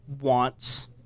wants